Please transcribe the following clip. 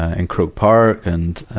and croke park. and